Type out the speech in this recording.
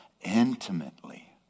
intimately